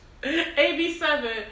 AB7